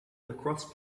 lacrosse